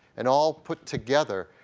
and all put together,